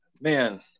Man